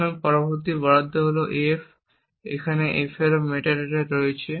এখন পরবর্তী বরাদ্দ হল f এখন f এরও মেটাডেটা রয়েছে